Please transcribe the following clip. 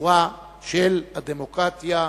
ביצורה של הדמוקרטיה בישראל,